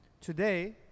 today